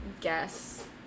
guess